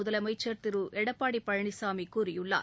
முதலமைச்சா் திரு எடப்பாடி பழனிசாமி கூறியுள்ளார்